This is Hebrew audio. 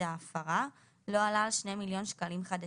ההפרה לא עלה על 2 מיליון שקלים חדשים,